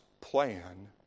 plan